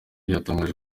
yatangaje